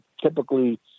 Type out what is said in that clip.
typically